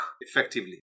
effectively